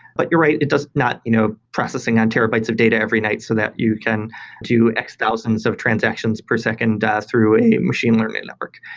but you're right. it does not you know processing on terabytes of data every night so that you can do x-thousands of transactions per second through a machine learning network.